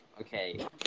Okay